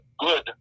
good